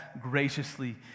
graciously